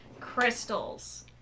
crystals